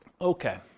Okay